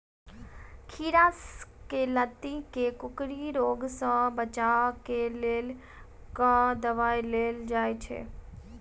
खीरा केँ लाती केँ कोकरी रोग सऽ बचाब केँ लेल केँ दवाई देल जाय छैय?